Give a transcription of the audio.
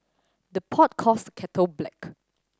the pot calls the kettle black